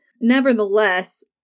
Nevertheless